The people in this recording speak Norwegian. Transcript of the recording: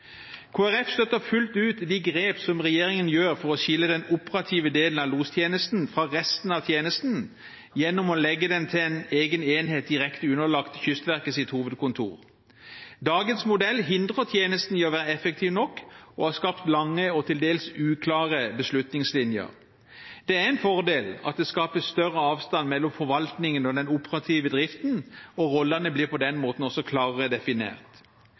Folkeparti støtter fullt ut de grep som regjeringen gjør for å skille den operative delen av lostjenesten fra resten av tjenesten gjennom å legge den til en egen enhet direkte underlagt Kystverkets hovedkontor. Dagens modell hindrer tjenesten i å være effektiv nok og har skapt lange og til dels uklare beslutningslinjer. Det er en fordel at det skapes større avstand mellom forvaltningen og den operative driften, og rollene blir på den måten også klarere definert.